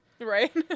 Right